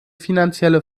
finanzielle